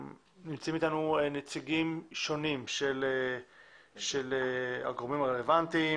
נמצאים איתנו נציגים שונים של הגורמים הרלוונטיים,